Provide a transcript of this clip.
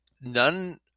None –